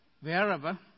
wherever